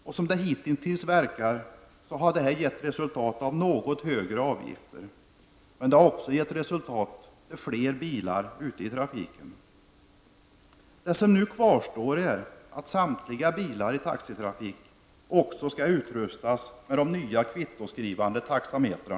Så som det hittills verkar har det gett till resultat något högre avgifter. Men det har också givit till resultat att det är fler bilar i trafiken. Det som kvarstår är att samtliga bilar i taxitrafiken skall utrustas med en ny kvittoskrivande taxameter.